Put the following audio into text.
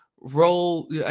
role